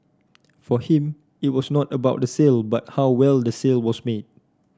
for him it was not about the sale but how well the sale was made